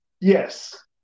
Yes